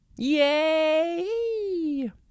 yay